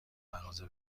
مغازه